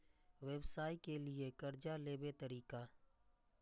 व्यवसाय के लियै कर्जा लेबे तरीका?